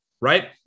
right